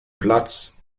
platz